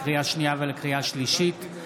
לקריאה שנייה ולקריאה שלישית,